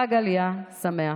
חג עלייה שמח.